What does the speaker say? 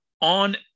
on